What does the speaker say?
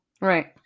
Right